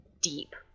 deep